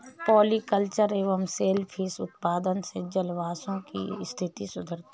polyculture एवं सेल fish उत्पादन से जलाशयों की स्थिति सुधरती है